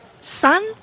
son